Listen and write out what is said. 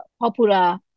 popular